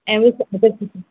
ऐं